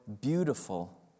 beautiful